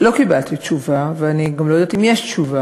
לא קיבלתי תשובה, ואני גם לא יודעת אם יש תשובה.